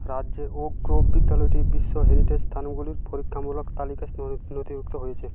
রাজ্যের oak grove বিদ্যালয়টি বিশ্ব হেরিটেজ স্থানগুলির পরীক্ষামূলক তালিকায় নথিভুক্ত হয়েছে